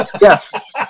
Yes